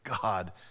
God